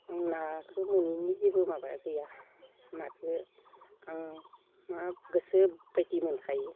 आं नाखौ मोनिनि जेबो माबा गैया नाखौ आं मा गोसो बायदि मोनखायो